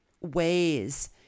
ways